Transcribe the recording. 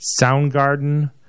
Soundgarden